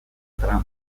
trump